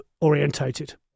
orientated